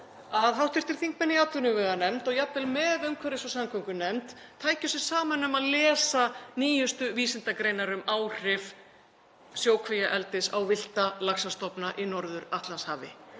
að hv. þingmenn í atvinnuveganefnd, jafnvel með umhverfis- og samgöngunefnd, tækju sig saman um að lesa nýjustu vísindagreinar um áhrif sjókvíaeldis á villta laxastofna í Norður-Atlantshafi.